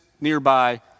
nearby